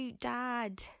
Dad